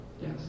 Yes